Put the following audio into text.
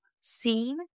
seen